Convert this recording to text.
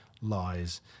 lies